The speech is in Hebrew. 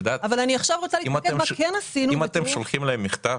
אם אתם שולחים להם מכתב,